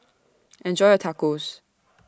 Enjoy your Tacos